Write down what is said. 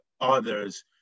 others